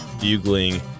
bugling